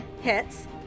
Hits